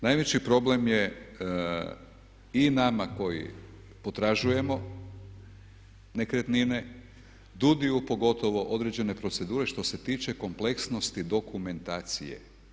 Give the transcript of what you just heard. Najveći problem je i nama koji potražujemo nekretnine, DUUDI-ju pogotovo određene procedure što se tiče kompleksnosti dokumentacije.